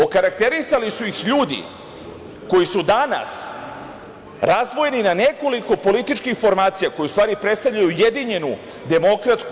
Okarakterisali su ih ljudi koji su danas razdvojeni na nekoliko političkih formacija, koji u stvari predstavljaju ujedinjenu DS.